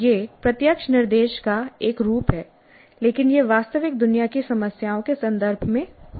यह प्रत्यक्ष निर्देश का एक रूप है लेकिन यह वास्तविक दुनिया की समस्याओं के संदर्भ में होता है